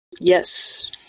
Yes